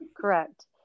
Correct